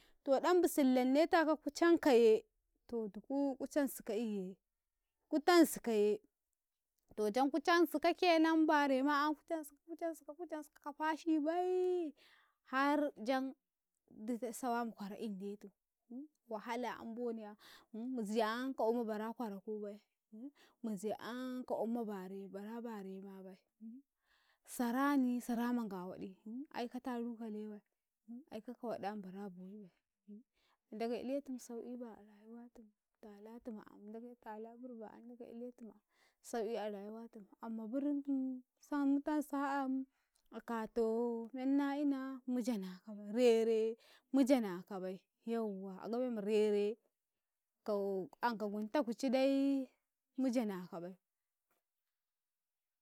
To dan busun lanne tako ku cankye to duku ku cansika iye, ku tansikaye, to yanko cansika kenan barema ku cansika ku cansika ku cansika ka fashibai, har jan sawa ma kwaraa'i ndetu wahal am ka gwayim ma bara kwara kubai sarani sara man nga waɗi ai ka taru ka lewai ai kaka woɗa ma bara a boyibai nndagei iletumu sau'i baa rayuwatumu talatumu ndagei tala burba am ndagei iletumu sau'i a rayuwatum amma burum im sam mutan sa'am akato menna'ina janakabai, rere mu jana kabai yawwa a gabai ma rere kaw an kaw gunta ku cidai mujana kabai